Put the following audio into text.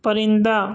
پرندہ